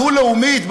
הדו-לאומית הזאת,